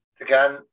again